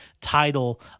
title